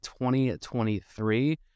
2023